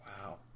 Wow